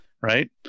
right